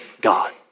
God